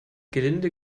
gelinde